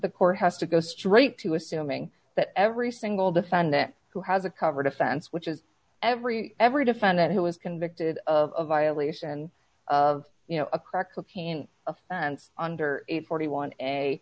the court has to go straight to assuming that every single defendant who has a cover defense which is every every defendant who is convicted of a violation of you know a crack cocaine offense under a forty one